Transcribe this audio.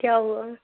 کیا ہوا